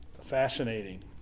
fascinating